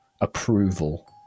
approval